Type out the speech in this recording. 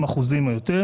20% או יותר,